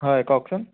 হয় কওকচোন